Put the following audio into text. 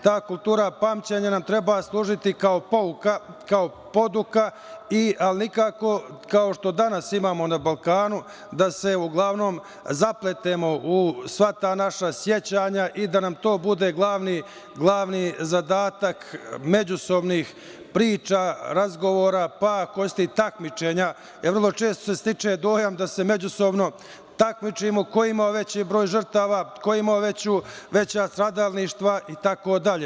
Ta kultura pamćenja nam treba služiti kao poduka, ali nikako kao što danas imamo na Balkanu da se uglavnom zapletemo u sva ta naša sećanja i da nam to bude glavni zadatak međusobnih priča, razgovora, pa ako hoćete i takmičenja, jer vrlo često se stiče dojam da se međusobno takmičimo ko ima veći broj žrtava, ko ima veća stradalništva itd.